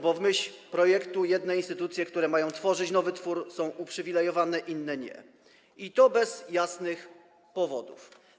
Bo w myśl projektu jedne instytucje, które mają tworzyć nowy twór, są uprzywilejowane, inne nie, i to bez jasnych powodów.